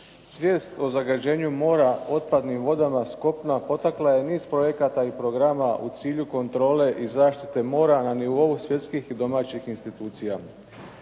Svijest o zagađenju mora otpadnim vodama s kopna potakla je niz projekata i programa u cilju kontrole i zaštite mora na nivou svjetskih i domaćih institucija.